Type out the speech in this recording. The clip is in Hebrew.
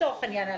לצורך העניין,